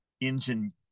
engine